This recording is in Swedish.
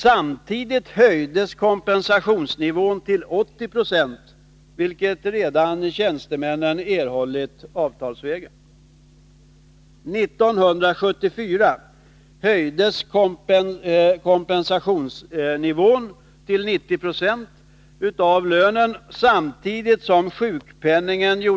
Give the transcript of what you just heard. Samtidigt höjdes kompensationsnivån till 80 96, vilket tjänstemännen redan hade erhållit avtalsvägen.